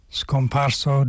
scomparso